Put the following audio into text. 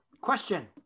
question